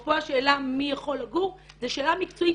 שאפרופו השאלה מי יכול לגור זו שאלה מקצועית,